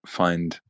find